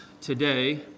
today